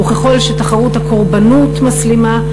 וככל שתחרות הקורבנות מסלימה,